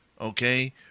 okay